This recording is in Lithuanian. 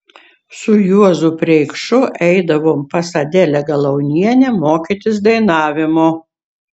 su juozu preikšu eidavom pas adelę galaunienę mokytis dainavimo